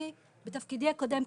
אני בתפקידי הקודם,